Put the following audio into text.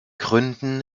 gründen